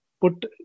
Put